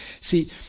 See